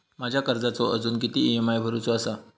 माझ्या कर्जाचो अजून किती ई.एम.आय भरूचो असा?